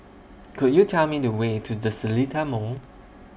Could YOU Tell Me The Way to The Seletar Mall